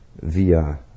via